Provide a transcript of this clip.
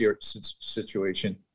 situation